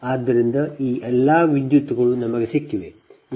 ಆದ್ದರಿಂದ ಈ ಎಲ್ಲಾ ವಿದ್ಯುತ್ಗಳು ನಮಗೆ ಸಿಕ್ಕಿವೆ